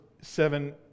seven